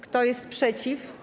Kto jest przeciw?